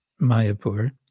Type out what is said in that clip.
Mayapur